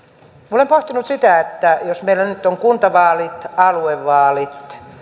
olen pohtinut sitä että meillä on nyt kuntavaalit aluevaalit